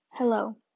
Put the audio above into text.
Hello